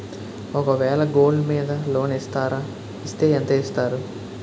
ఒక వేల గోల్డ్ మీద లోన్ ఇస్తారా? ఇస్తే ఎంత ఇస్తారు?